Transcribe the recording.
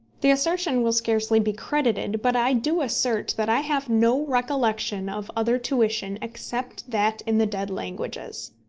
the assertion will scarcely be credited, but i do assert that i have no recollection of other tuition except that in the dead languages.